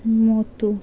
মোটু